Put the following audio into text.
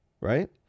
right